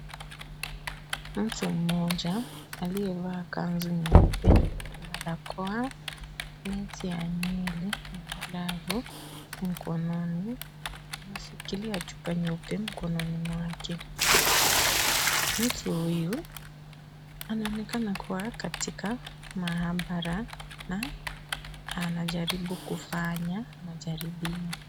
Mtu mmoja aliyevaa kanzu nyeupe, barakoa, neti ya nywele na glavu mkononi anashikilia chupa nyeupe mkononi mwake. Mtu huyu anaonekana kuwa katika maabara na anajaribu kufanya majaribio.